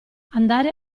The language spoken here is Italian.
andare